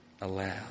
aloud